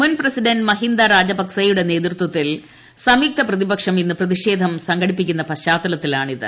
മുൻ പ്രസിഡന്റ് മഹിന്ദ രാജപക്സെയുടെ നേതൃത്വത്തിൽ സംയുക്ത പ്രതിപക്ഷം ഇന്ന് പ്രതിഷേധം സംഘടിപ്പുക്കുന്ന പശ്ചാതലത്തിലാണ് ഇത്